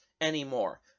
anymore